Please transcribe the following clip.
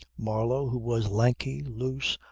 marlow who was lanky, loose,